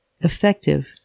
effective